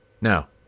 Now